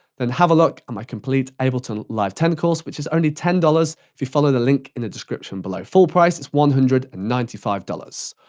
then have a look at my complete ableton live ten course which is only ten dollars if you follow the link in the description below. full price is one hundred and ninety five dollars.